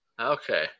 okay